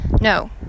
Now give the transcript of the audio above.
no